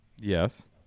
Yes